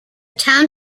town